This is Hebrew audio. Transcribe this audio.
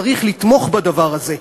צריך לתמוך בדבר הזה.